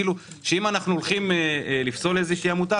כאילו שאם אנחנו הוליכם לפסול עמותה,